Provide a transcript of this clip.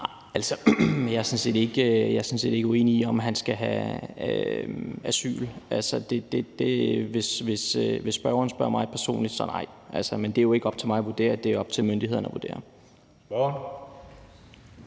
Jeg er sådan set ikke uenig i det med, om han skal have asyl. Altså, hvis spørgeren spørger mig personligt, så siger jeg nej. Men det er jo ikke op til mig at vurdere; det er op til myndighederne at vurdere.